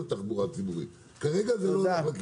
התחבורה הציבורית עלתה ב-25% עבור מי שאין לו הנחה